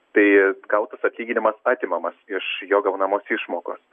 tai gautas atlyginimas atimamas iš jo gaunamos išmokos